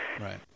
right